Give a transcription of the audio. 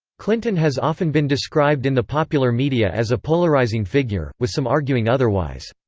clinton has often been described in the popular media as a polarizing figure, with some arguing otherwise.